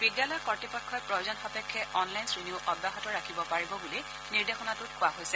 বিদ্যালয় কৰ্ত্তপক্ষই প্ৰয়োজনসাপেক্ষে অনলাইন শ্ৰেণীও অব্যাহত ৰাখিব পাৰিব বুলি নিৰ্দেশনাটোত কোৱা হৈছে